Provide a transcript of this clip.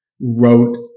wrote